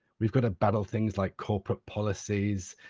we've got to battle things like corporate policies,